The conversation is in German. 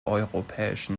europäischen